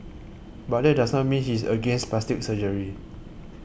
but that does not mean he is against plastic surgery